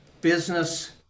business